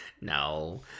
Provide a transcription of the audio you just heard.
no